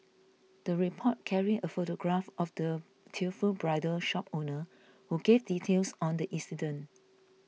the report carried a photograph of the tearful bridal shop owner who gave details on the incident